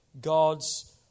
God's